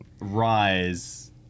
rise